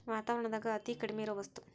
ವಾತಾವರಣದಾಗ ಅತೇ ಕಡಮಿ ಇರು ವಸ್ತು